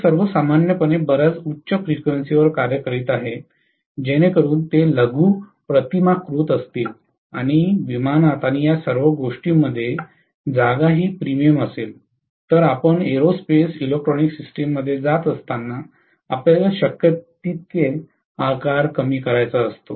ते सर्व सामान्यपणे बर्याच उच्च फ्रीक्वेंसीवर कार्य करीत आहेत जेणेकरून ते लघुप्रतिमाकृत असतील आणि विमानात आणि सर्व गोष्टींमध्ये जागा ही प्रीमियम असेल तर आपण एरोस्पेस इलेक्ट्रॉनिक सिस्टममध्ये जात असताना आपल्याला शक्य तितके आकार कमी करायचा आहे